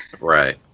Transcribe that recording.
Right